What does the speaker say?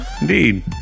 Indeed